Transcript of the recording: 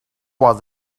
was